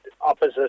Opposite